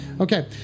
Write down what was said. Okay